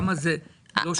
למה זה לא שווה לכולם?